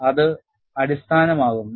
അത് അടിസ്ഥാനമാക്കുന്നു